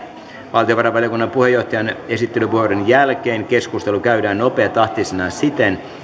valtiovarainvaliokunnan puheenjohtajan esittelypuheenvuoron jälkeen keskustelu käydään nopeatahtisena siten